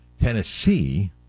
Tennessee